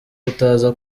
kutaza